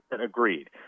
agreed